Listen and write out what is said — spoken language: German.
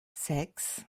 sechs